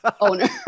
owner